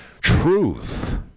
truth